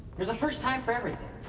there's a first time for everything.